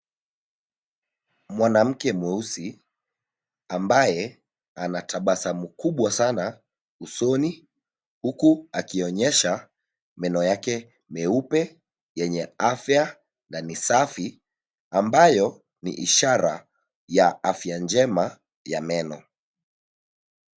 Mwanamke mweusi ambaye ana tabasamu kubwa sana usoni, huku akionyesha meno yake meupe yenye afya na ni safi, ambayo ni ishara ya afya njema ya meno.